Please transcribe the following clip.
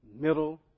middle